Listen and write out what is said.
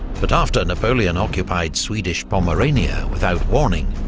but after napoleon occupied swedish pomerania without warning,